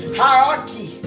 hierarchy